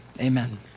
Amen